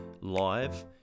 live